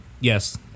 yes